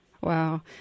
Wow